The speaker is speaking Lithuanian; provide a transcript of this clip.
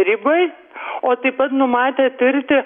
ribai o taip pat numatę tirti